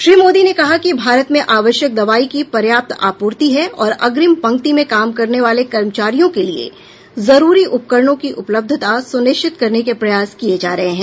श्री मोदी ने कहा कि भारत में आवश्यक दवाई की पर्याप्त आपूर्ति है और अग्रिम पंक्ति में काम करने वाले कर्मचारियों के लिए जरूरी उपकरणों की उपलब्धता सुनिश्चित करने के प्रयास किए जा रहे हैं